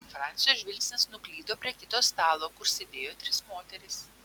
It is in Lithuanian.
francio žvilgsnis nuklydo prie kito stalo kur sėdėjo trys moterys